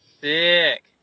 Sick